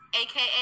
aka